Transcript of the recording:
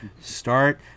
Start